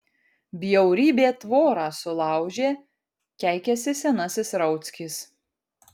bjaurybė tvorą sulaužė keikiasi senasis rauckis